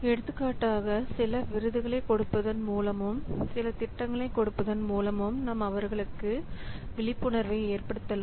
எடுத்துக்காட்டாக சில விருதுகளை கொடுப்பதன் மூலமும் சில திட்டங்களை கொடுப்பதன் மூலமும் நாம் அவர்களுக்கு விழிப்புணர்வை ஏற்படுத்தலாம்